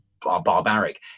barbaric